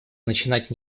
начинать